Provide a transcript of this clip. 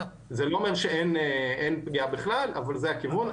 זה לא אומר שאין פגיעה בכלל, אבל זה הכיוון.